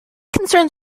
concerns